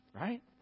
Right